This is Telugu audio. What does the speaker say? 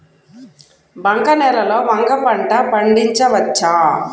బంక నేలలో వంగ పంట పండించవచ్చా?